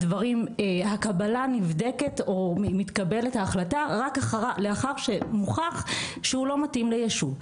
הקבלה נבדקת או מתקבלת ההחלטה רק לאחר שמוכח שהוא לא מתאים ליישוב.